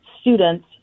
students